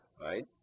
right